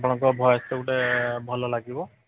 ଆପଣଙ୍କ ଭଏସ୍ ତ ଗୋଟେ ଭଲ ଲାଗିବ